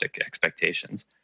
expectations